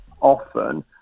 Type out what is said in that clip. often